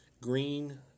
green